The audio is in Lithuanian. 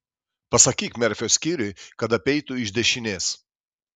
pasakyk merfio skyriui kad apeitų iš dešinės